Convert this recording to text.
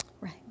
Right